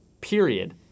period